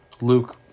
Luke